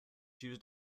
used